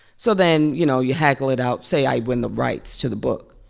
so then, you know, you haggle it out. say i win the rights to the book.